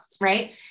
right